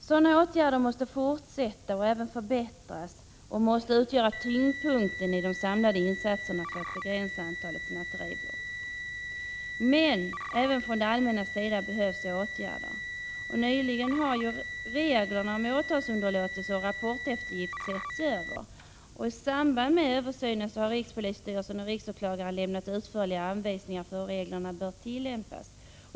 Sådana åtgärder måste fortsätta och även förbättras och måste utgöra tyngdpunkten i de samlade insatserna för att begränsa antalet snatteribrott. Men även från det allmännas sida behövs åtgärder. Nyligen har reglerna om åtalsunderlåtelse och rapporteftergift setts över. I samband med översynen har rikspolisstyrelsen och riksåklagaren lämnat utförliga anvisningar för hur reglerna bör tillämpas.